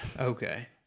Okay